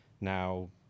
now